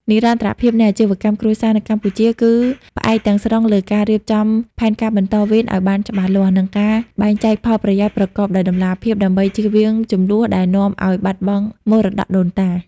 និរន្តរភាពនៃអាជីវកម្មគ្រួសារនៅកម្ពុជា គឺផ្អែកទាំងស្រុងលើការរៀបចំផែនការបន្តវេនឱ្យបានច្បាស់លាស់ និងការបែងចែកផលប្រយោជន៍ប្រកបដោយតម្លាភាព ដើម្បីចៀសវាងជម្លោះដែលនាំឱ្យបាត់បង់មរតកដូនតា។